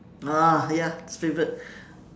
ah ya it's favorite